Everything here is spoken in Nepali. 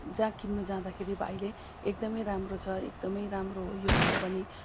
जहाँ किन्नु जाँदाखेरि भाइले एकदमै राम्रो छ एकदमै राम्रो हो यो कम्पनी